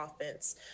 offense